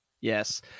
Yes